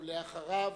אחריו,